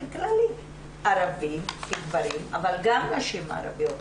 כללי ערבים גברים אבל גם נשים ערביות.